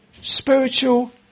spiritual